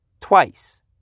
twice